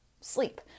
sleep